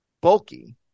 bulky